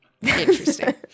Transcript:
Interesting